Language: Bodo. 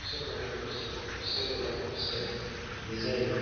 फारसे हरबा फारसे फारसे हरबा फारसे बिदि जायो